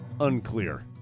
Unclear